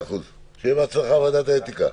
בהצלחה בוועדת האתיקה.